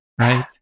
Right